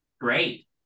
Great